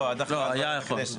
לא --- לא, היה יכול.